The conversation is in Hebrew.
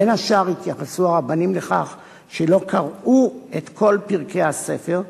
בין השאר התייחסו הרבנים לכך שלא קראו את כל פרקי הספר,